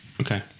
Okay